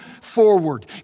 forward